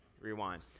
Rewind